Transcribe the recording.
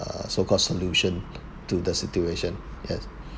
uh so called solution to the situation yes